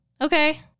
Okay